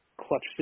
clutch